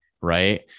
right